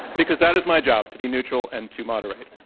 because that is my job, to be neutral and to moderate.